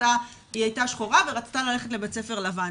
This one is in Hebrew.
היא הייתה שחורה ורצתה ללכת לבית ספר לבן.